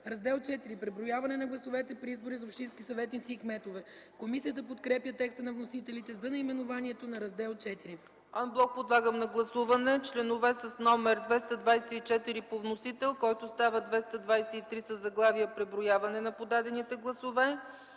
„Раздел ІV Преброяване на гласовете при избори за общински съветници и кметове”. Комисията подкрепя текста на вносителите за наименованието на Раздел ІV. ПРЕДСЕДАТЕЛ ЦЕЦКА ЦАЧЕВА: Ан блок подлагам на гласуване членове с номер 224 по вносител, който става чл. 223 със заглавие „Преброяване на подадените гласове”,